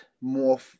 more